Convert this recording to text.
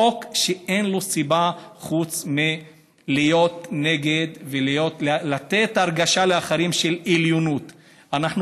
חוק שאין לו סיבה חוץ מלהיות נגד ולתת הרגשה של עליונות על אחרים.